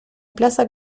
plaza